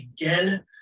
again